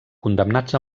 condemnats